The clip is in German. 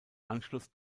anschluss